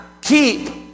keep